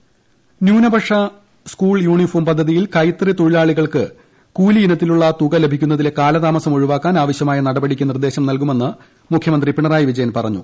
school uniform പദ്ധതി ന്യൂനപക്ഷ school uniform പദ്ധതിയിൽ കൈത്തറി തൊഴിലാളികൾക്ക് കൂലി ഇനത്തിലുള്ള തുക ലഭിക്കുന്നതിലെ കാലതാമസം ഒഴിവാക്കാൻ ആവശ്യമായ നടപടിക്ക് നിർദേശം നൽകുമെന്ന് മുഖ്യമന്ത്രി പിണറായി വിജയൻ പറഞ്ഞു